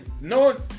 No